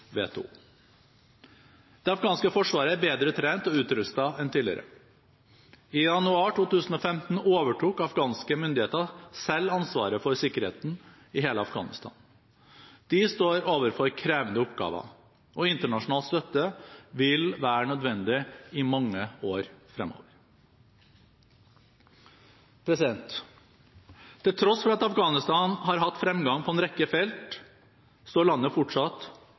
WTO. Det afghanske forsvaret er bedre trent og utrustet enn tidligere. I januar 2015 overtok afghanske myndigheter selv ansvaret for sikkerheten i hele Afghanistan. De står overfor krevende oppgaver, og internasjonal støtte vil være nødvendig i mange år fremover. Til tross for at Afghanistan har hatt fremgang på en rekke felt, står landet fortsatt